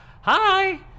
Hi